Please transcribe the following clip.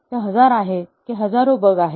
ते हजार आहे की हजारो बग आहेत